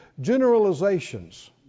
Generalizations